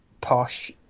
posh